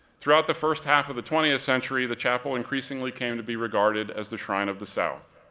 throughout the first half of the twentieth century, the chapel increasingly came to be regarded as the shrine of the south.